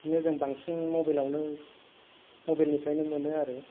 बिदिनो जों बांसिन मबाइलावनो मबाइल निफ्रायनो मोनो आरो